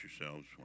yourselves